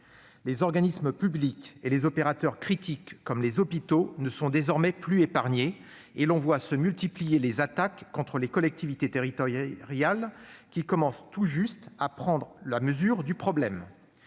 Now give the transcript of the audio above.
Les organismes publics et les opérateurs critiques, comme les hôpitaux, ne sont désormais plus épargnés et l'on voit se multiplier les attaques contre les collectivités territoriales, qui commencent tout juste à prendre la mesure du problème.